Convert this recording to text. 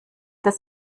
das